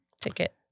ticket